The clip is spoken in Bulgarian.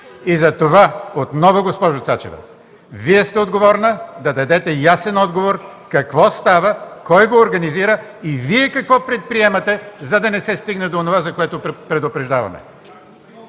И затова отново, госпожо Цачева, Вие сте отговорна да дадете ясен отговор какво става, кой го организира и Вие какво предприемате, за да не се стигне до онова, за което предупреждаваме.